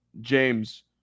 James